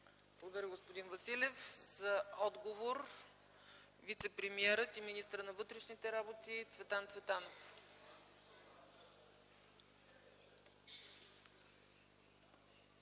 Благодаря Ви, господин Василев. За отговор има думата вицепремиерът и министър на вътрешните работи Цветан Цветанов.